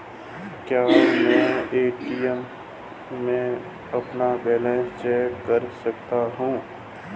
क्या मैं ए.टी.एम में अपना बैलेंस चेक कर सकता हूँ?